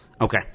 Okay